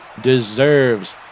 deserves